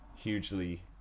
hugely